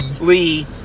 Lee